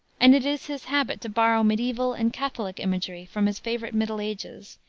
and it is his habit to borrow mediaeval and catholic imagery from his favorite middle ages,